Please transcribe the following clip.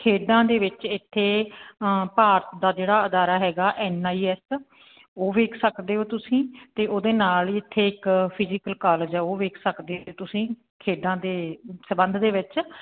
ਖੇਡਾਂ ਦੇ ਵਿੱਚ ਇੱਥੇ ਭਾਰਤ ਦਾ ਜਿਹੜਾ ਅਦਾਰਾ ਹੈਗਾ ਐੱਨ ਆਈ ਐੱਸ ਉਹ ਵੇਖ ਸਕਦੇ ਹੋ ਤੁਸੀਂ ਅਤੇ ਉਹਦੇ ਨਾਲ ਹੀ ਇੱਥੇ ਇੱਕ ਫਿਜ਼ੀਕਲ ਕਾਲਜ ਆ ਉਹ ਵੇਖ ਸਕਦੇ ਅਤੇ ਤੁਸੀਂ ਖੇਡਾਂ ਦੇ ਸੰਬੰਧ ਦੇ ਵਿੱਚ